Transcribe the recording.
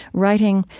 writing,